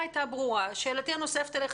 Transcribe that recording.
שאלתי הנוספת אליך